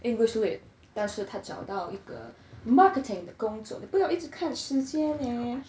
english lit 但是他找到一个 marketing 的工作你不要一直看时间 eh